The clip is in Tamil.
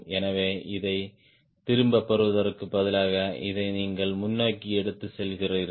எனவே இதைத் திரும்பப் பெறுவதற்குப் பதிலாக இதை நீங்கள் முன்னோக்கி எடுத்துச் செல்கிறீர்கள்